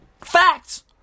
Facts